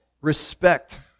Respect